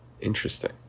Interesting